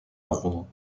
rouen